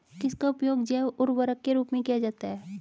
किसका उपयोग जैव उर्वरक के रूप में किया जाता है?